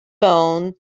bone